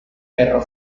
perro